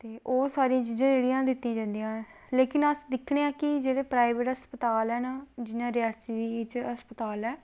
ते होर सारियां चीज़ां जेह्ड़ियां दित्तियां जंदियां ऐं लेकिन अस दिक्खने आं की जेह्ड़े प्राईवेट अस्पताल हैन जि'यां रियासी बिच अस्पताल ऐ